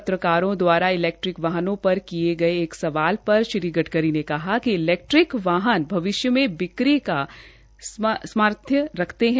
पत्रकारों दवारा इलैक्ट्रिक वाहनों पर किये एक सवाल पर श्री गडकरी ने कहा कि इलैकट्रिक वाहन भविष्य में बिक्री की सामर्थ्य रखते है